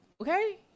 okay